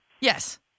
Yes